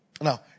Now